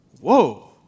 Whoa